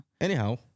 Anyhow